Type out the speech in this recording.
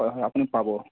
হয় হয় আপুনি পাব